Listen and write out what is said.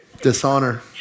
Dishonor